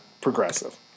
progressive